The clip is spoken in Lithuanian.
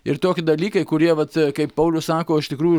ir toki dalykai kurie vat kaip paulius sako iš tikrųjų